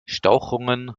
stauchungen